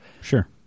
sure